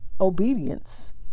obedience